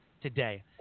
today